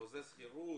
חוזה שכירות,